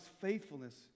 faithfulness